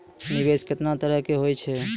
निवेश केतना तरह के होय छै?